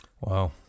Wow